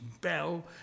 bell